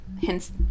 hence